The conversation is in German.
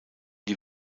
die